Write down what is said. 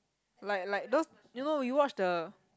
like like those you know you watch the